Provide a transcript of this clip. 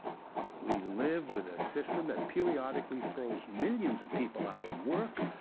we live with a system that periodically throws millions of people out of work,